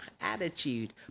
attitude